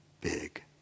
big